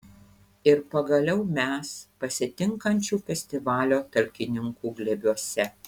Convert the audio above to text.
ir pagaliau mes pasitinkančių festivalio talkininkų glėbiuose